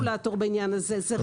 אנחנו לא הרגולטור בעניין הזה.